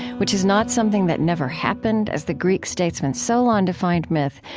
which is not something that never happened, as the greek statesman solon defined myth,